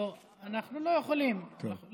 חמש דקות מהזמן